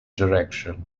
direction